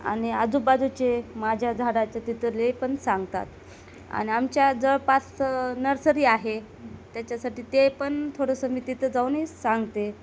आणि आजूबाजूचे माझ्या झाडाचे तिथंले पण सांगतात आणि आमच्या जवळपास नर्सरी आहे त्याच्यासाठी ते पण थोडंसं मी तिथे जाऊनही सांगते